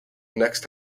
next